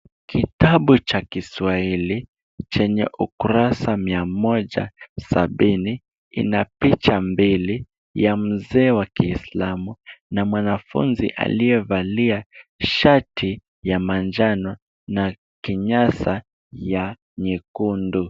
Kitabu cha kiswahili chenye ukurasa mia moja sabini ina picha mbili ya mzee wa kiislamu na mwanafunzi aliyevalia shati ya manjano na kinyasa ya nyekundu.